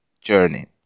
journey